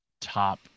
top